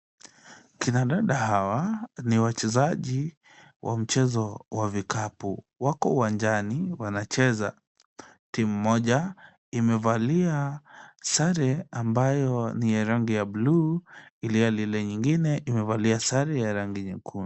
Kina dada hawa ni wachezaji wa mchezo wa vikapu, wako uwanjani wanacheza. Timu moja imevalia sare ambayo ni ya rangi ya blue ilhali ile nyingine imevalia sare ya rangi nyekundu.